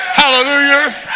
hallelujah